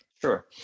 Sure